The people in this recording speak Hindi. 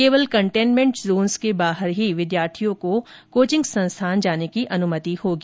केवल कन्टेन्मेंट जोन्स के बाहर ही विद्यार्थियों को कोचिंग संस्थान जाने की अनुमति होगी